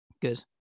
Good